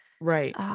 Right